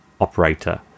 operator